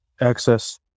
access